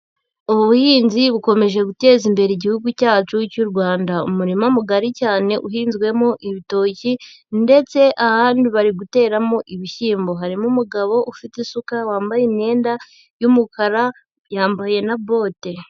Ubu buhinzi bukomeje gutezambere igihugu cyacu cy'u Rwanda, umurima mugari cyane uhinzwemo ibitoki ndetse ahandi bari guteramo ibishyimbo, harimo umugabo ufite isuka wambaye imyenda y'umukara yambaye na bote.